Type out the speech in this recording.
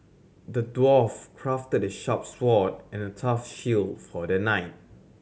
the dwarf crafted a sharp sword and a tough shield for the knight